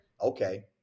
okay